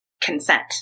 consent